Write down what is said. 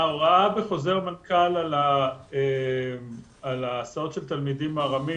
ההוראה בחוזר מנכ"ל על ההסעות של תלמידים ארמים,